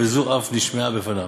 וזו אף נשמעה בפניו.